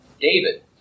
David